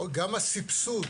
גם הסבסוד